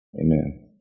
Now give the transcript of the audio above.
Amen